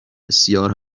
بسیار